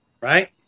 right